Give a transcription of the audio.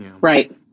right